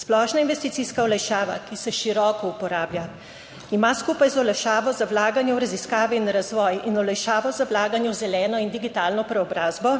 Splošna investicijska olajšava, ki se široko uporablja, ima skupaj z olajšavo za vlaganje v raziskave in razvoj in olajšavo za vlaganje v zeleno in digitalno preobrazbo